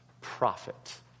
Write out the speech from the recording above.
prophet